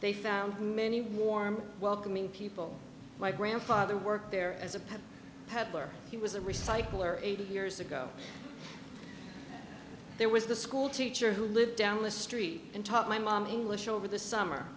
they found many warm welcoming people my grandfather worked there as a pet peddler he was a recycler eight years ago there was the school teacher who lived down the street and taught my mom english over the summer